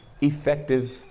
Effective